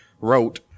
wrote